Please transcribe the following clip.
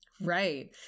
Right